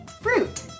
fruit